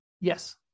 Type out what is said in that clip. Yes